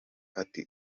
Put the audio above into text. ati